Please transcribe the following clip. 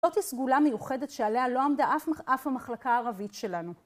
זאת הסגולה המיוחדת שעליה לא עמדה אף המחלקה הערבית שלנו.